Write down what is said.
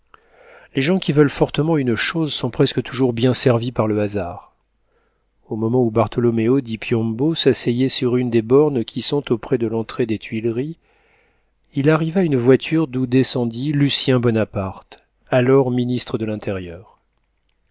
les gens qui veulent fortement une chose sont presque toujours bien servis par le hasard au moment où bartholoméo di piombo s'asseyait sur une des bornes qui sont auprès de l'entrée des tuileries il arriva une voiture d'où descendit lucien bonaparte alors ministre de l'intérieur